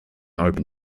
open